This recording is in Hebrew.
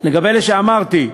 לגבי אלה שאמרתי: